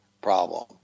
problem